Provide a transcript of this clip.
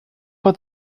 but